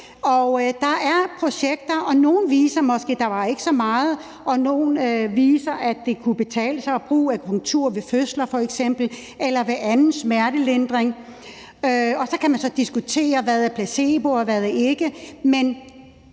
der er projekter. Nogle viser måske, at der ikke var så meget, og andre viser, at det kunne betale sig at bruge akupunktur ved f.eks. fødsler eller ved anden smertelindring. Man kan så diskutere, hvad der er placebo, og hvad der ikke